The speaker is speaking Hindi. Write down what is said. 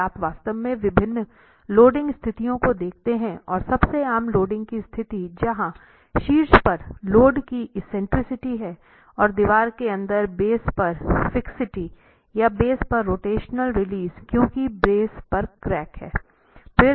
यदि आप वास्तव में विभिन्न लोडिंग स्थितियों को देखते हैं और सबसे आम लोडिंग की स्थिति जहां शीर्ष पर लोड की एक्सेंट्रिसिटी है और दीवार के अंदर बेस पर फिक्सिटी या बेस पर रोटेशनल रिलीज क्योंकि बेस पर क्रैक हैं